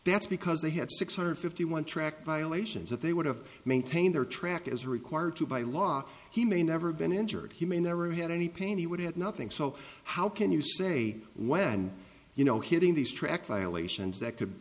that's because they had six hundred fifty one track violations that they would have maintained their track as required to by law he may never have been injured he may never had any pain he would have nothing so how can you say when you know hitting these tracks violations that could